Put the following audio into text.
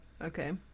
Okay